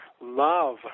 Love